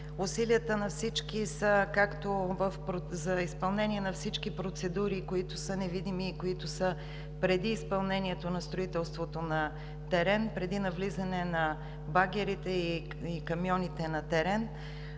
Усилията са както за изпълнение на всички процедури, които са невидими и са преди изпълнението на строителството на терен – навлизане на багерите и камионите.